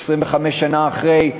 25 שנה אחרי,